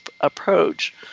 approach